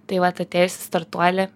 tai vat atėjus į startuolį